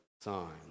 sign